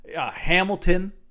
Hamilton